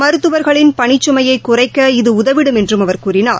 மருத்துவர்களின் பணிச்சுமையைகுறைக்க இது உதவிடும் என்றும் அவர் கூறினார்